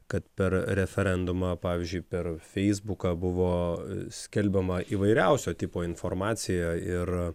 kad per referendumą pavyzdžiui per feisbuką buvo skelbiama įvairiausio tipo informacija ir